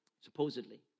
supposedly